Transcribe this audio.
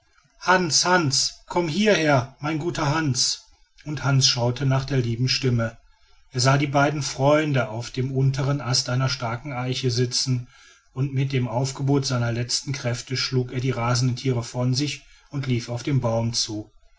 hans hans komm hierher mein guter hans und hans schaute nach der lieben stimme er sah die beiden freunde auf den unteren ästen einer starken eiche sitzen und mit dem aufgebot seiner letzten kräfte schlug er die rasenden tiere von sich und lief auf den baum zu